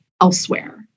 elsewhere